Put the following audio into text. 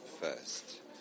first